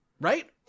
Right